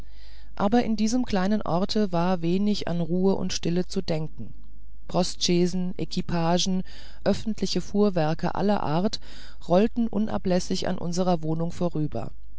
aber in diesem kleinen orte war wenig an ruhe und stille zu denken postchaisen equipagen öffentliche fuhrwerke aller art rollten unablässig an unserer wohnung vorüber